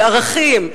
של ערכים,